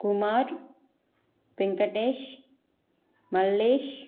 Kumar Venkatesh Mallesh